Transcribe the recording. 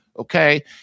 Okay